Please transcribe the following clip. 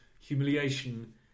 humiliation